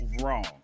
wrong